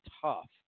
tough